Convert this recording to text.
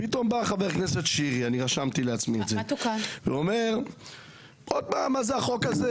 ופתאום בא חבר הכנסת שירי ואומר עוד פעם: מה זה החוק הזה?